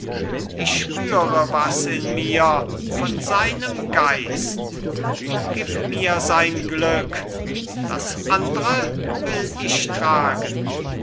ich spüre was in mir von seinem geist gib mir sein glück das andre will ich tragen